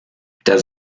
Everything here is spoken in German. der